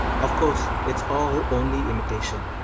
of course it's all only imitation,